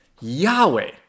Yahweh